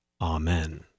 Amen